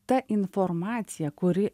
ta informacija kuri